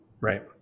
Right